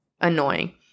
annoying